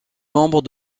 membre